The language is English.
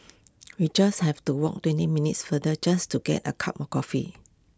we just have to walk twenty minutes farther just to get A cup of coffee